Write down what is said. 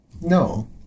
No